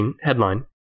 headline